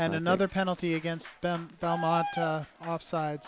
and another penalty against them offside